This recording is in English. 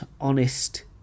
honest